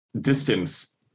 distance